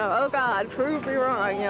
oh god, prove me wrong. yeah